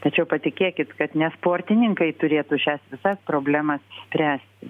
tačiau patikėkit kad ne sportininkai turėtų šias visas problemas spręsti